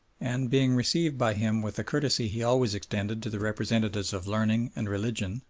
and being received by him with the courtesy he always extended to the representatives of learning and religion,